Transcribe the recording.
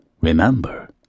remember